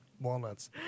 Walnuts